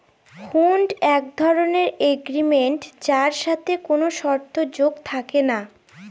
হুন্ড এক ধরনের এগ্রিমেন্ট যার সাথে কোনো শর্ত যোগ থাকে না